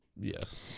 Yes